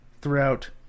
throughout